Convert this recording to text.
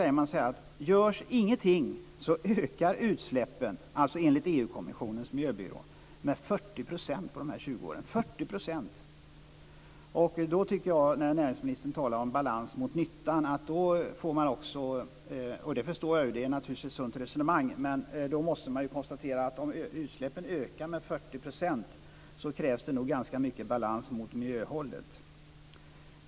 Man säger: Görs ingenting ökar utsläppen - dvs. enligt EU Näringsministern talar om balans mot nytta, och det är naturligtvis ett sunt resonemang. Men då måste man konstatera att om utsläppen ökar med 40 % krävs det nog ganska mycket balans mot miljöhållet.